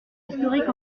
historique